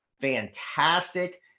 fantastic